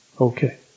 Okay